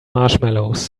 marshmallows